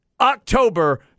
October